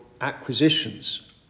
acquisitions